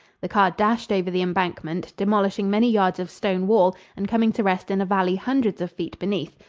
the car dashed over the embankment, demolishing many yards of stone wall and coming to rest in a valley hundreds of feet beneath.